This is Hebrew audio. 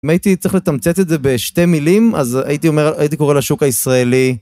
אם הייתי צריך לתמצת את זה בשתי מילים אז הייתי קורא לשוק הישראלי.